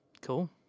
Cool